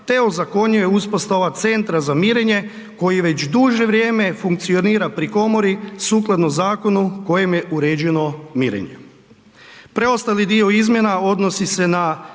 te ozakonjuje uspostava Centra za mirenje koji već duže vrijeme funkcionira pri komori sukladno zakonu kojim je uređeno mirenje. Preostali dio izmjena odnosi se na